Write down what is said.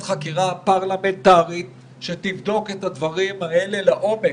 חקירה פרלמנטרית שתבדוק את הדברים האלה לעומק.